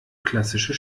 klassische